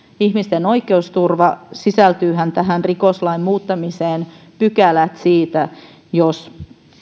ihmisten oikeusturva sisältyväthän tähän rikoslain muuttamiseen tietyt pykälät jos